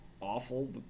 awful